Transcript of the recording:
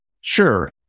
Sure